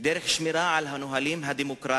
בדרך של שמירה על הנהלים הדמוקרטיים,